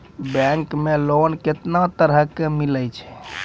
Bank मे loan कैतना तरह के मिलै छै?